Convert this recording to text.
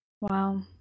Wow